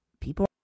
people